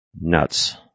nuts